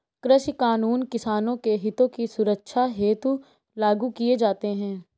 कृषि कानून किसानों के हितों की सुरक्षा हेतु लागू किए जाते हैं